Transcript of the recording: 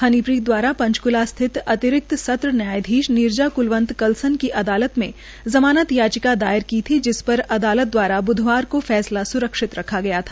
हनीप्रीत द्वारा पंचकला स्थित अतिरिकत सत्र न्यायधीश नीरजा कुलवंत कलसव की अदालत में ज़मानत याचिका दायर की थी जिस पर अदालत द्वारा ब्धवार को फैसला स्रक्षित रखा गया था